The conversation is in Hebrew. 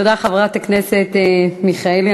תודה, חברת הכנסת מיכאלי.